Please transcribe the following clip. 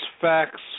facts